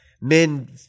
men